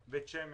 בית שמש,